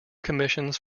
commissions